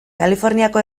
kaliforniako